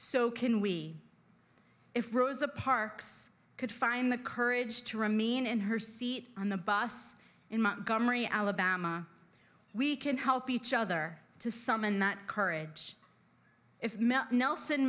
so can we if rosa parks could find the courage to remain in her seat on the bus in montgomery alabama we can help each other to summon the courage if nelson